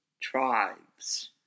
tribes